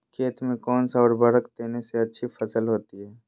खेत में कौन सा उर्वरक देने से अच्छी फसल होती है?